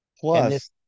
Plus